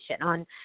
on